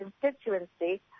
constituency